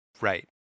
Right